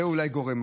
זה אולי גורם.